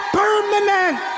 permanent